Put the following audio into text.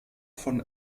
von